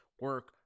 Work